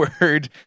word